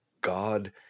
God